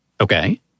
Okay